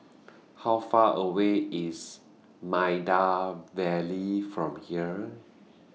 How Far away IS Maida Vale from here